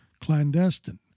clandestine